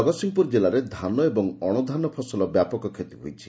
ଜଗତସିଂହପୁର ଜିଲ୍ଲାରେ ଧାନ ଏବଂ ଅଶଧାନ ଫସଲ ବ୍ୟାପକ କ୍ଷତି ହୋଇଛି